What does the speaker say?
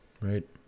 right